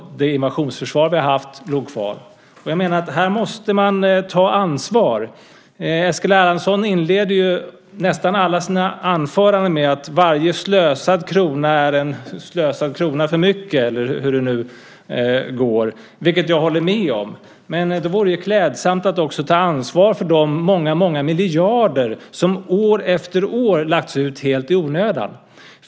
Det invasionsförsvar vi har haft låg kvar. Här måste man ta ansvar. Eskil Erlandsson inleder ju nästan alla sina anföranden med att varje slösad krona är en slösad krona för mycket - eller hur det nu går - vilket jag håller med om. Men det vore klädsamt att också ta ansvar för de många miljarder som år efter år lagts ut helt i onödan.